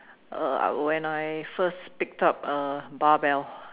uh when I first picked up a bar bell